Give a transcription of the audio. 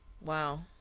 Wow